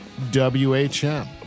WHM